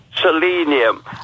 selenium